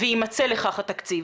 ויימצא לכך התקציב.